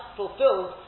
fulfilled